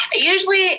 Usually